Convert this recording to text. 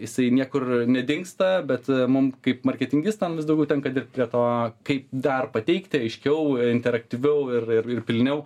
jisai niekur nedingsta bet mum kaip marketingistam vis daugiau tenka dirbt prie to kaip dar pateikti aiškiau interaktyviau ir ir pilniau